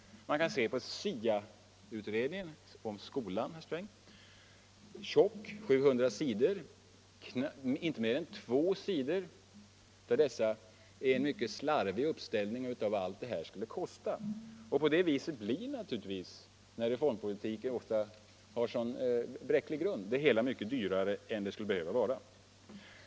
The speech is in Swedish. Man kan se på SIA-utredningen, herr Sträng. Den är tjock, mer än 900 sidor, men endast två av dessa sidor upptas av en mycket slarvig uppställning över vad allt det här skulle kosta. När reformpolitiken har en så bräcklig grund blir det hela mycket dyrare än det skulle behöva vara.